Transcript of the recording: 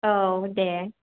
औ दे